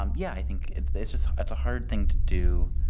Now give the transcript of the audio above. um yeah, i think it's just it's a hard thing to do.